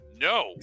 no